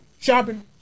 Shopping